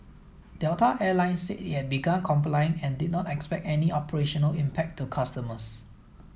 Delta Air Lines said it had begun complying and did not expect any operational impact to customers